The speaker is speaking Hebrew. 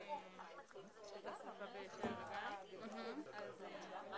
14:15.